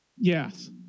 Yes